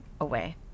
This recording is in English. away